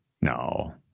No